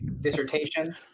dissertation